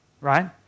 right